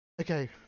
Okay